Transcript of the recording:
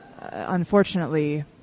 unfortunately